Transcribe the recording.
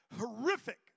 horrific